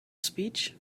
speech